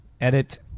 Edit